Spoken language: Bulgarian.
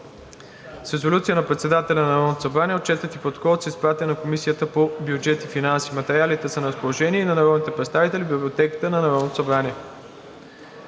С резолюция на председателя на Народното събрание Отчетът и Протоколът са изпратени на Комисията по бюджет и финанси. Материалите са на разположение и на народните представители в Библиотеката на Народното събрание.